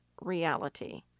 reality